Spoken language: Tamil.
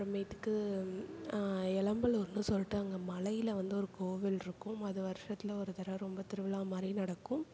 அப்புறமேட்டுக்கு இளம்பலூர்னு சொல்லிட்டு அங்கே மலையில் வந்து ஒரு கோவில் இருக்கும் அது வருஷத்துல ஒரு தடவை ரொம்ப திருவிழா மாதிரி நடக்கும்